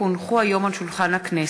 כי הונחו היום על שולחן הכנסת,